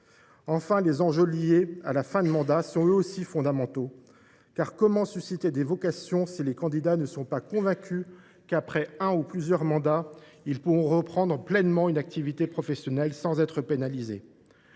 droit. Les enjeux liés à la fin du mandat sont eux aussi fondamentaux. En effet, comment susciter des vocations si les candidats ne sont pas convaincus qu’après leur mandat ils pourront reprendre pleinement une activité professionnelle sans être pénalisés ?